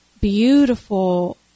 beautiful